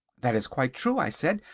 that is quite true, i said.